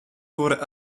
for